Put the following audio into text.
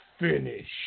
finish